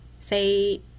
say